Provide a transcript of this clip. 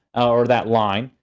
or that line,